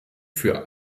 für